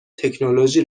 تکنولوژی